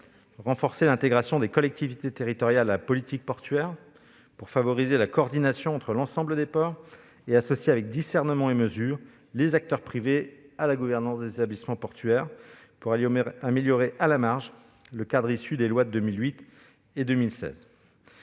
renforcer l'intégration des collectivités territoriales à la politique portuaire, pour favoriser la coordination entre l'ensemble des ports, associer avec discernement et mesure les acteurs privés à la gouvernance des établissements portuaires, et ainsi améliorer à la marge le cadre issu des lois de 2008 et 2016.